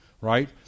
right